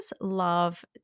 love